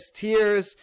tears